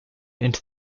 into